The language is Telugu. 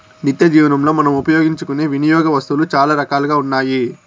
నిత్యజీవనంలో మనం ఉపయోగించుకునే వినియోగ వస్తువులు చాలా రకాలుగా ఉన్నాయి